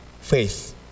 faith